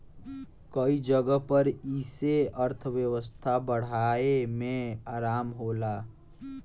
कई जगह पर ई से अर्थव्यवस्था बढ़ाए मे आराम होला